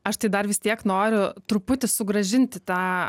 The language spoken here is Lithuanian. aš tai dar vis tiek noriu truputį sugrąžinti tą